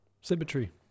symmetry